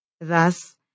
Thus